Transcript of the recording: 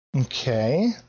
Okay